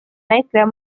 näitleja